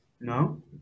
no